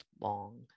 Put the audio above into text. long